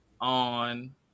on